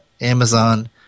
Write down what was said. Amazon